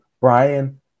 brian